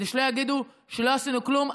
כדי שלא יגידו שלא עשינו כלום,